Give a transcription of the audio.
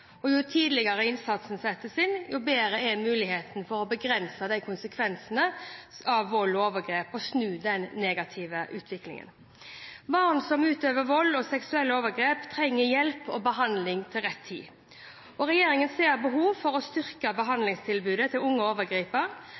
overgrep. Jo tidligere innsatsen settes inn, jo bedre er mulighetene for å begrense konsekvensene av vold og overgrep og snu en negativ utvikling. Barn som utøver vold og seksuelle overgrep, trenger hjelp og behandling til rett tid. Regjeringen ser behov for å styrke behandlingstilbudet til unge